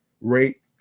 rate